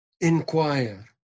inquire